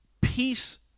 peace